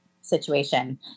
situation